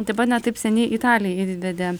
taip pat ne taip seniai italija įvedė